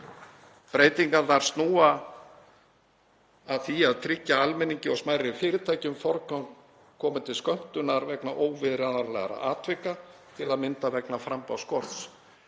Breytingarnar snúa að því að tryggja almenningi og smærri fyrirtækjum forgang komi til skömmtunar vegna óviðráðanlegra atvika, til að mynda vegna framboðsskorts,